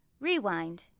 Rewind